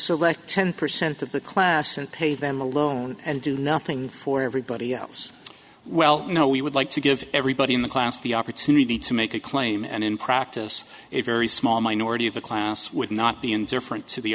select ten percent of the class and pay them a little and do nothing for everybody else well you know we would like to give everybody in the class the opportunity to make a claim and in practice a very small minority of the class would not be in different to